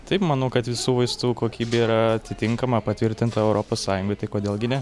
taip manau kad visų vaistų kokybė yra atitinkama patvirtinta europos sąjungoj tai kodėl gi ne